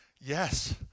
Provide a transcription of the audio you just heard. Yes